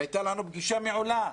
הייתה לנו פגישה מעולה,